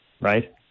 right